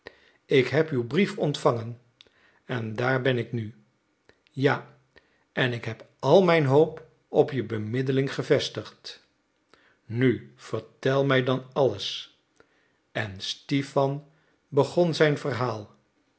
ik heb uw brief ontvangen en daar ben ik nu ja en ik heb al mijn hoop op je bemiddeling gevestigd nu vertel mij dan alles en stipan begon zijn verhaal